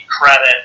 credit